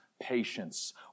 patience